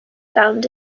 found